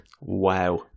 Wow